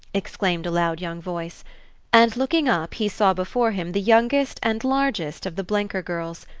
exclaimed a loud young voice and looking up he saw before him the youngest and largest of the blenker girls,